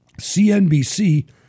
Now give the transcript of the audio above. CNBC